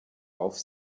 auf